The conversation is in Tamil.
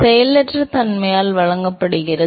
எனவே deltaPy செயலற்ற தன்மையால் வழங்கப்படுகிறது